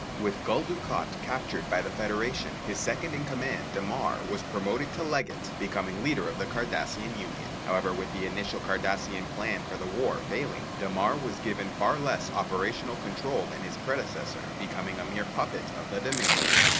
with gul dukat captured by the federation, his second in command damar was promoted to legate becoming leader of the cardassian union. however, with the initial cardassian plan for the war failing, damar was given far less operational control then his predecessor, eventually becoming a mere puppet of the dominion.